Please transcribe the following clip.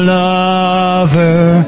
lover